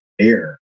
air